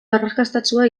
arrakastatsua